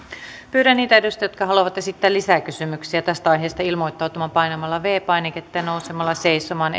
pyydän niitä edustajia jotka haluavat esittää lisäkysymyksiä tästä aiheesta ilmoittautumaan painamalla viides painiketta ja nousemalla seisomaan